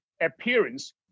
appearance